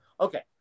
okay